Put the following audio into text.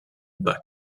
bach